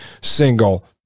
single